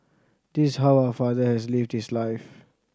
this how our father has lived his life